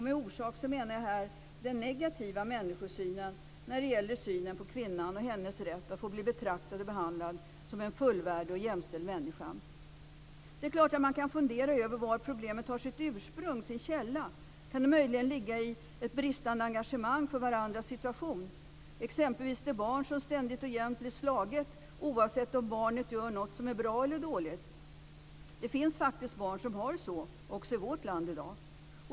Med orsaken menar jag då den negativa attityden när det gäller synen på kvinnan och hennes rätt att bli betraktad och behandlad som en fullvärdig och jämställd människa. Det är klart att man kan fundera över var problemet har sitt ursprung, sin källa. Kan det möjligen ligga i ett bristande engagemang för varandras situation? Jag tänker exempelvis på ett barn som ständigt och jämt blir slaget, oavsett om det gör något som är bra eller dåligt. Det finns faktiskt barn som har det så, också i vårt land i dag.